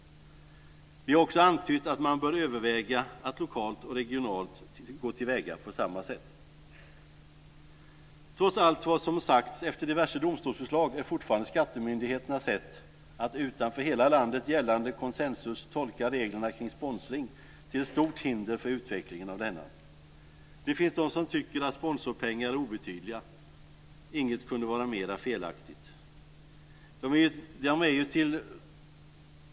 Vi har också antytt att man bör överväga att lokalt och regionalt gå till väga på samma sätt. Trots allt vad som har sagts efter diverse domstolsutslag är fortfarande skattemyndigheternas sätt att utan för hela landet gällande konsensus tolka reglerna kring sponsring till ett stort hinder för utvecklingen av denna. Det finns de som tycker att sponsorpengar är obetydliga. Inget kunde vara mer felaktigt!